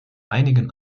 einigen